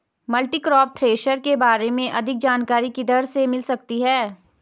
Multicrop thresher के बारे में अधिक जानकारी किधर से मिल सकती है?